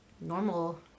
normal